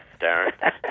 Darren